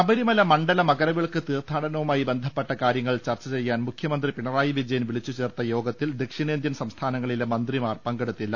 ശബരിമല മണ്ഡല മകരവിളക്ക് തീർത്ഥാടനവുമായി ബന്ധ പ്പെട്ട കാരൃങ്ങൾ ചർച്ച ചെയ്യാൻ മുഖ്യമന്ത്രി പിണറായി വിജയൻ വിളിച്ചുചേർത്ത യോഗത്തിൽ ദക്ഷിണേന്ത്യൻ സംസ്ഥാനങ്ങളിലെ മന്ത്രിമാർ പങ്കെടുത്തില്ല